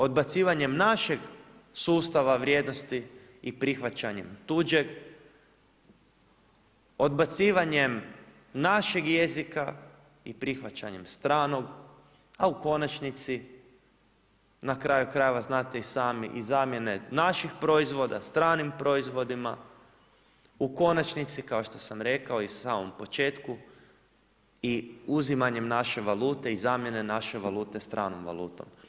Odbacivanjem našeg sustava vrijednosti i prihvaćanjem tuđeg, odbacivanjem našeg jezika i prihvaćanjem stranog, a u konačnici na kraju krajeva znate i sami i zamjene naših proizvoda stranim proizvodima u konačnici kao što sam rekao i samom početku i uzimanjem naše valute i zamjene naše valute stranom valutom.